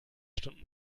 stunden